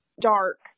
dark